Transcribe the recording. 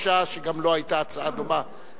שגם לו היתה הצעה דומה,